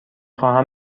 خواهم